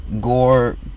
gore